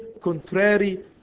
contrary